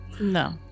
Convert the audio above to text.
No